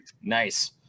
nice